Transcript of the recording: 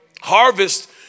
Harvest